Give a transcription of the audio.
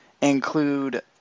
include